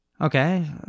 Okay